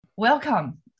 Welcome